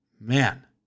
Man